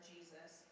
Jesus